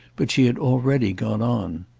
but she had already gone on.